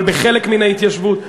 אבל לפחות בחלק מהתיישבות.